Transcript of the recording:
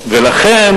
ולכן,